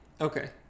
Okay